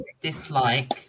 dislike